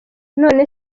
none